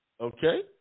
Okay